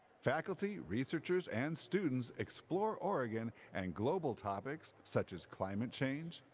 faculties, researchers and students explore oregon and global topics such as climate change,